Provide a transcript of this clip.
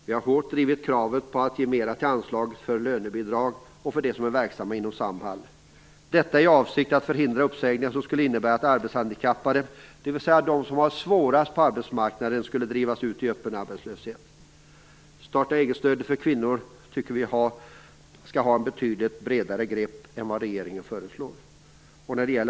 Vi har hårt drivit kravet att ge mera till anslaget för lönebidrag och för dem som är verksamma inom Samhall. Detta i avsikt att förhindra uppsägningar som skulle innebära att handikappade, dvs. de som har det svårast på arbetsmarknaden, skulle drivas ut i öppen arbetslöshet. Starta eget-stödet för kvinnor tycker vi skall vara betydligt bredare än vad regeringen föreslår.